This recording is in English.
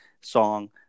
song